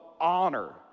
honor